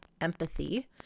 Empathy